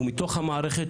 הוא מתוך המערכת,